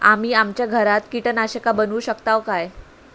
आम्ही आमच्या घरात कीटकनाशका बनवू शकताव काय?